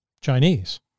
Chinese